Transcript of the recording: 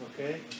Okay